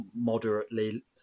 moderately